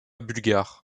bulgare